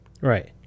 Right